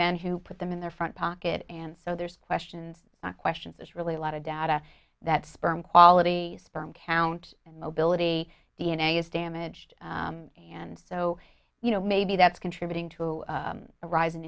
men who put them in their front pocket and so there's questions questions it's really a lot of data that sperm quality sperm count and mobility d n a is damaged and so you know maybe that's contributing to a ris